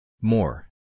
more